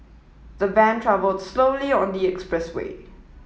the van travelled slowly on the express way